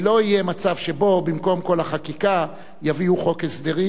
לא יהיה מצב שבו במקום כל החקיקה יביאו חוק הסדרים,